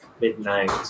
midnight